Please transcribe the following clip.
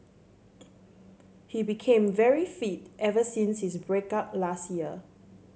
he became very fit ever since his break up last year